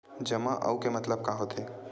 जमा आऊ के मतलब का होथे?